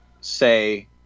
say